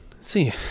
See